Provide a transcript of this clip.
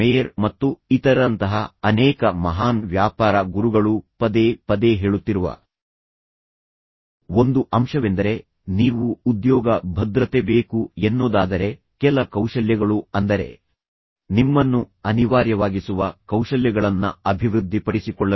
Kopp mayor ಮತ್ತು ಇತರರಂತಹ ಅನೇಕ ಮಹಾನ್ ವ್ಯಾಪಾರ ಗುರುಗಳು ಪದೇ ಪದೇ ಹೇಳುತ್ತಿರುವ ಒಂದು ಅಂಶವೆಂದರೆ ನೀವು ಉದ್ಯೋಗ ಭದ್ರತೆ ಬೇಕು ಎನ್ನೋದಾದರೆ ಕೆಲ ಕೌಶಲ್ಯಗಳು ಅಂದರೆ ನಿಮ್ಮನ್ನು ಅನಿವಾರ್ಯವಾಗಿಸುವ ಕೌಶಲ್ಯಗಳನ್ನ ಅಭಿವೃದ್ಧಿಪಡಿಸಿಕೊಳ್ಳಬೇಕು